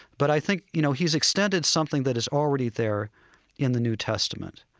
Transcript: but i think, you know, he's extended something that is already there in the new testament.